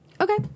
Okay